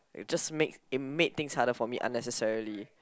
it just makes it made things harder for me unnecessarily